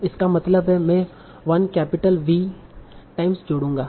इसका मतलब है मैं 1 कैपिटल V टाइम्स जोड़ूंगा